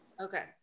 Okay